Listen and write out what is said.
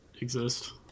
exist